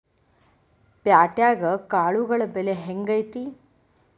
ಪ್ಯಾಟ್ಯಾಗ್ ಕಾಳುಗಳ ಬೆಲೆ ಹೆಂಗ್ ಐತಿ?